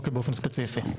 באופן ספציפי.